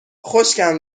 خشکم